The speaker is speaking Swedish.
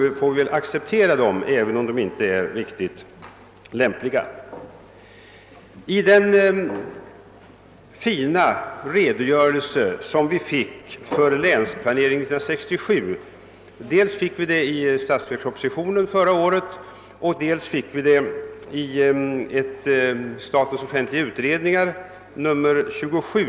Därför får vi väl acceptera de nuvarande länen, även om de inte är riktigt lämpliga. Vi fick förra året en uttömmande redogörelse för länsplanering 1967 dels i statsverkspropositionen, dels i betänkandet SOU 1969: 27.